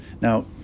Now